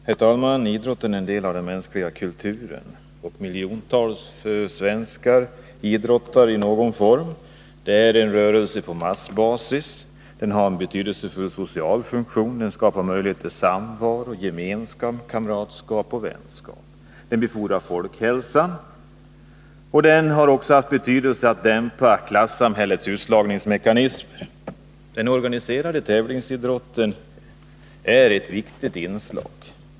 Herr talman! Idrotten är en del av den mänskliga kulturen, och miljontals svenskar idrottar i någon form. Det är en rörelse på massbasis. Den har en betydelsefull social funktion — den skapar möjligheter till samvaro, gemenskap, kamratskap och vänskap. Den befordrar folkhälsan, och den har också haft betydelse för att dämpa klassamhällets utslagningsmekanismer. Den organiserade tävlingsidrotten är ett viktigt inslag.